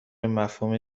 مفهومی